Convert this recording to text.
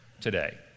today